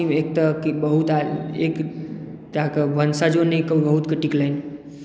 आपसीमे एक तऽ की कहु एकटा तऽ बहुतके वंशजो नहि टिकलनि